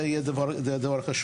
זה יהיה דבר חשוב.